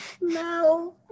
No